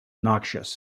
noxious